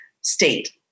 state